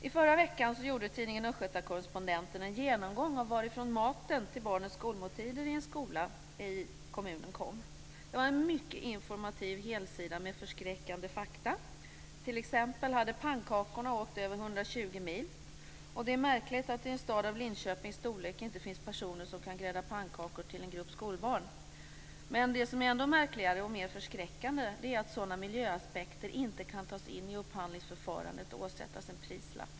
I förra veckan gjorde tidningen Östgötacorrespondenten en genomgång av varifrån maten till barnens skolmåltider i en skola i kommunen kom. Det var en mycket informativ helsida med förskräckande fakta. T.ex. hade pannkakorna åkt över 120 mil. Det är märkligt att det i en stad av Linköpings storlek inte finns personer som kan grädda pannkakor till en grupp skolbarn. Men det som är ännu märkligare och mer förskräckande är att sådana miljöaspekter inte kan tas in i upphandlingsförfarandet och åsättas en prislapp.